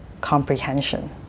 comprehension